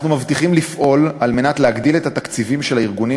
אנחנו מבטיחים לפעול להגדלת תקציבי הארגונים